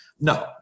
No